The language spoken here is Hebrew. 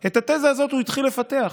את התזה הזאת הוא התחיל לפתח,